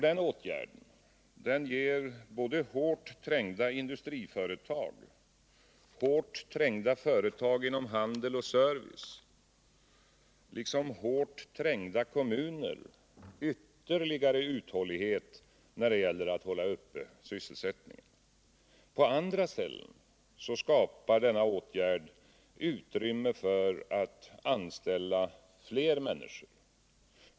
Den åtgärden ger både hårt trängda industriföretag, hårt trängda företag inom handel och service samt hårt trängda kommuner ytterligare uthållighet när det gäller att hålla uppe sysselsättningen. På andra ställen skapar denna åtgärd utrymme för att anställa fler människor.